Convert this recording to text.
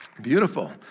Beautiful